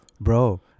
Bro